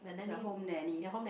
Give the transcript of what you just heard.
ya home nanny